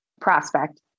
prospect